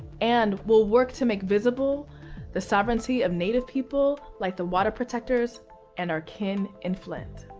and we'll work to make visible the sovereignty of native people like the water protectors and our kin in flint.